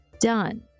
done